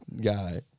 guy